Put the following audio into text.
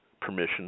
permission